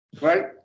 right